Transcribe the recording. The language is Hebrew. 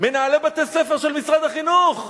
מנהלי בתי-ספר של משרד החינוך,